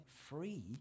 free